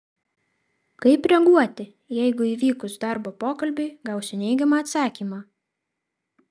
kaip reaguoti jeigu įvykus darbo pokalbiui gausiu neigiamą atsakymą